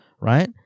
right